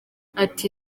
ati